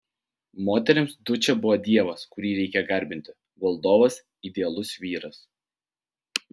moterims dučė buvo dievas kurį reikia garbinti valdovas idealus vyras